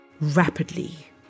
rapidly